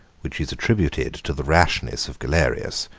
which is attributed to the rashness of galerius,